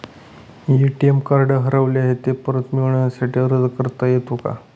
ATM card हरवले आहे, ते परत मिळण्यासाठी अर्ज करता येतो का?